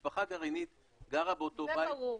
משפחה גרעינית גרה באותו בית --- זה ברור.